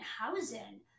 housing